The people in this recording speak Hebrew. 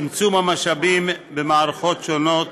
צמצום המשאבים במערכות שונות,